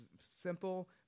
simple